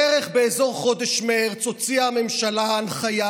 בערך באזור חודש מרץ הוציאה הממשלה הנחיה,